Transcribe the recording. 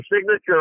signature